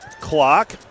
clock